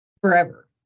forever